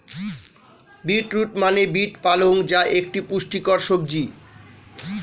beet root মানে beet পালং যা একটি পুষ্টিকর সবজি